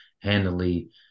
handily